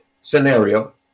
scenario